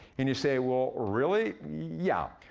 and you say, well, really? yeah,